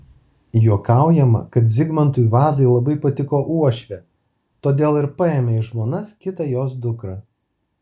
juokaujama kad zigmantui vazai labai patiko uošvė todėl ir paėmė į žmonas kitą jos dukrą